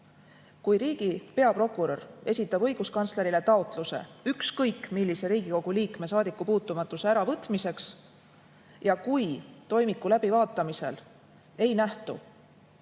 kui riigi peaprokurör esitab õiguskantslerile taotluse ükskõik millise Riigikogu liikme saadikupuutumatuse äravõtmiseks ja kui toimiku läbivaatamisel ei nähtu,